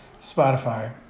Spotify